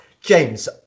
James